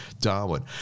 Darwin